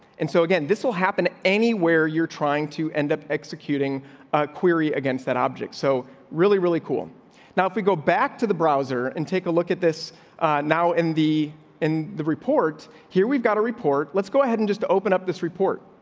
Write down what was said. and so again, this will happen anywhere you're trying to end up executing query against that object. so really, really cool now if we go back to the browser and take a look at this now, in the in the report here, we've got a report. let's go ahead and just open up this report.